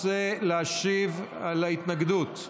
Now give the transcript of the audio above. רוצה להשיב על ההתנגדות?